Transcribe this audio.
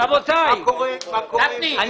אני